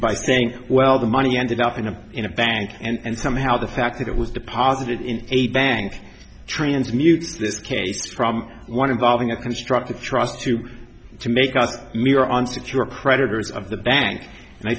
by saying well the money ended up in a in a bank and somehow the fact that it was deposited in a bank transmutes escaped from one involving a constructive trust too to make up mirror on to your creditors of the bank and i